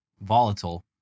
volatile